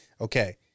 Okay